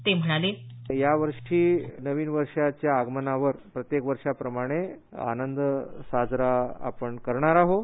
ते म्हणाले यावर्षी नविन वर्षाच्या आगमनावर प्रत्येक वर्षाप्रमाणे आनंद आपण साजरा करणार आहोत